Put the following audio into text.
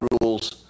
rules